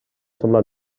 semblat